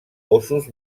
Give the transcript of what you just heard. ossos